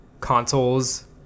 consoles